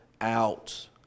out